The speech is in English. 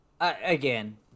again